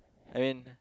I mean